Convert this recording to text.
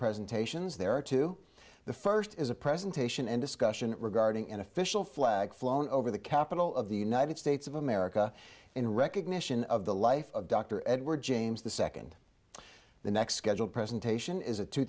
presentations there are two the first is a presentation and discussion regarding an official flag flown over the capitol of the united states of america in recognition of the life of dr edward james the second the next scheduled presentation is a two